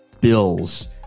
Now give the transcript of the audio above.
Bills